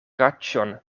kaĉon